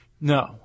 No